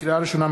לקריאה ראשונה,